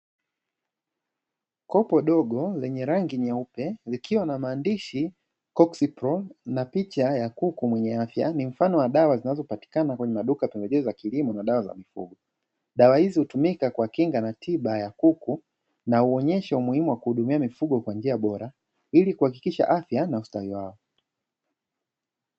Kopo dogo lenye rangi nyeupe likiwa na maandishi "Cocciprol", na picha ya kuku mwenye afya, ni mfano wa dawa zinazopatikana kwenye maduka ya pembejeo za kilimo na dawa za mifugo. Dawa hizi hutumika kwa kinga na tiba ya kuku, na huonyesha umuhimu wa kuhudumia mifugo kwa njia bora, ili kuhakikisha afya na ustawi wao.